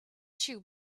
shoes